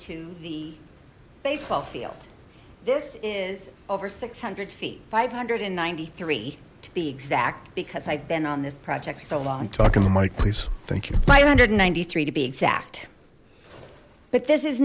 to the baseball field this is over six hundred feet five hundred and ninety three to be exact because i've been on this project so long talking to mike please thank you five hundred and ninety three to be exact but this is